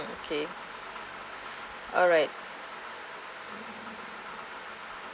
okay alright